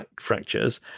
fractures